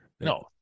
No